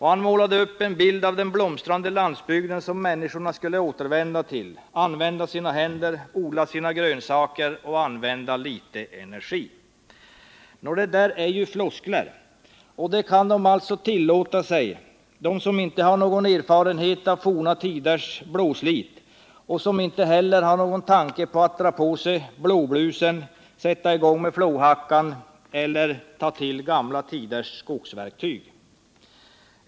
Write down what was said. Han målade upp en bild av den blomstrande landsbygd som människorna skulle återvända till, de skulle använda sina händer, odla sina grönsaker och använda litet energi. Detta är ju floskler och det kan de tillåta sig som inte har någon erfarenhet av forna tiders blåslit och som heller inte har en tanke på att ta på sig blåblusen och sätta i gång med flåhacka eller gamla tiders skogsverktyg.